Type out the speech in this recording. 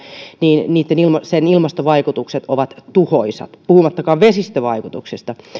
niin sen ilmastovaikutukset ovat tuhoisat puhumattakaan vesistövaikutuksista